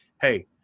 Hey